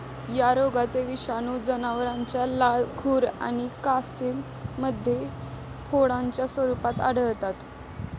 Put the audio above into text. या रोगाचे विषाणू जनावरांच्या लाळ, खुर आणि कासेमध्ये फोडांच्या स्वरूपात आढळतात